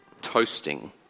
toasting